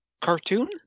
Cartoon